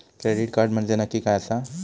Credit card म्हंजे नक्की काय आसा?